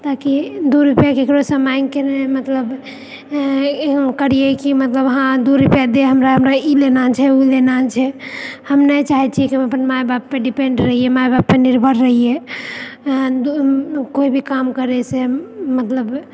ताकि दू रुपआ केकरो से माँगि के नहि मतलब करियै कि मतलब हँ दू रुपआ दे हमरा हमरा ई लेना छै ओ लेना छै हम नहि चाहै छियै कि अपन माय बाप पे डिपेंड रहियै माय बाप पर निर्भर रहियै कोइ भी काम करै से मतलब